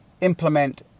implement